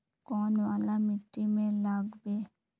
कौन वाला माटी में लागबे?